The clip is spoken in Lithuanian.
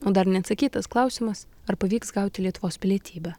o dar neatsakytas klausimas ar pavyks gauti lietuvos pilietybę